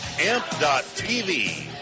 amp.tv